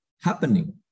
happening